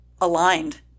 aligned